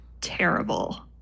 terrible